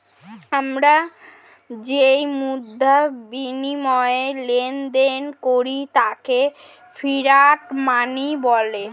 আমরা যেই মুদ্রার বিনিময়ে লেনদেন করি তাকে ফিয়াট মানি বলা হয়